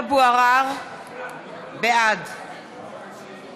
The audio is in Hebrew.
(קוראת בשמות חברי הכנסת)